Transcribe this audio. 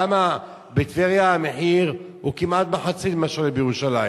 למה בטבריה המחיר הוא כמעט מחצית ממה שעולה בירושלים?